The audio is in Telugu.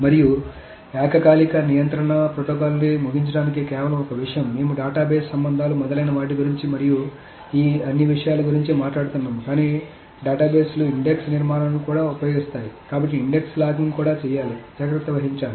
మరియు ఏకకాలిక నియంత్రణ ప్రోటోకాల్ని ముగించడానికి కేవలం ఒక విషయం మేము డేటాబేస్ సంబంధాలు మొదలైన వాటి గురించి మరియు ఈ అన్ని విషయాల గురించి మాట్లాడుతున్నాము కానీ డేటాబేస్లు ఇండెక్స్ నిర్మాణాలను కూడా ఉపయోగిస్తాయి కాబట్టి ఇండెక్స్ లాకింగ్ కూడా చేయాలి జాగ్రత్త వహించాలి